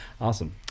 Awesome